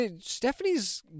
Stephanie's